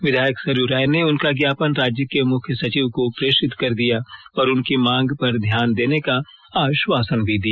विधायक सरयू राय ने उनका ज्ञापन राज्य के मुख्य सचिव को प्रेषित कर दिया और उनकी मांग पर ध्यान देने का आश्वासन भी दिया